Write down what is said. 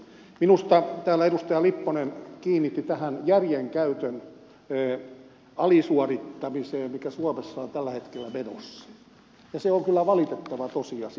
minusta täällä edustaja lipponen kiinnitti huomiota tähän järjenkäytön alisuorittamiseen mikä suomessa on tällä hetkellä menossa ja se on kyllä valitettava tosiasia